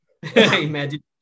Imagine